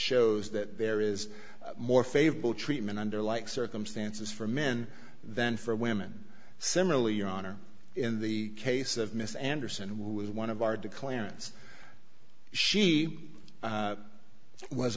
shows that there is more favorable treatment under like circumstances for men than for women similarly your honor in the case of miss anderson was one of our de clans she